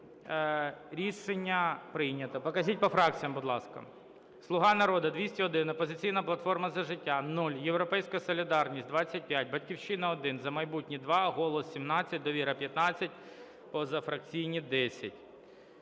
Рішення прийнято. Покажіть по фракціях, будь ласка. "Слуга народу" – 201, "Опозиційна платформа – За життя" – 0, "Європейська солідарність" – 25, "Батьківщина" – 1, "За майбутнє" – 2, "Голос" – 17, "Довіра" – 15, позафракційні – 10.